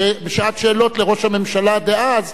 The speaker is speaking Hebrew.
בשעת שאלות לראש הממשלה דאז,